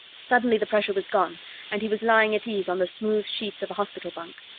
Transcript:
suddenly the pressure was gone and he was lying at ease on the smooth sheets of a hospital bunk.